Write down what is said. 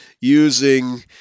using